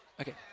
Okay